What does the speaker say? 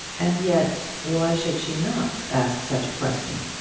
and yet, why should she not ask such a question?